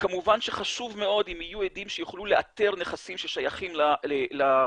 כמובן שחשוב מאוד אם יהיו עדים שיוכלו לאתר נכסים ששייכים לחשודים,